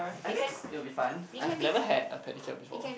I guess it will be fun I have never had a pedicure before